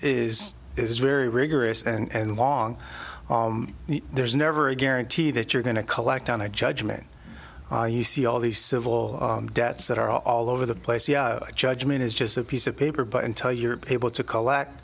is is very rigorous and long there's never a guarantee that you're going to collect on a judgment you see all these civil debts that are all over the place the judgment is just a piece of paper but until you're able to collect